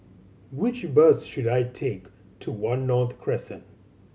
which bus should I take to One North Crescent